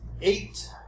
eight